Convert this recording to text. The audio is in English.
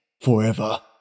forever